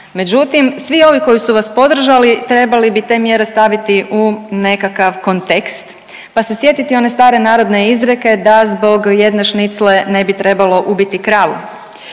Međutim, svi ovi koji su vas podržali trebali bi te mjere staviti u nekakav kontekst pa se sjetiti one stare narodne izreke da zbog jedne šnicle ne bi trebalo ubiti kravu.